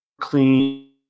clean